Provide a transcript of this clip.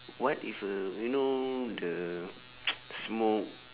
what if uh you know the smoke